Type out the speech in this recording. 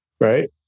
Right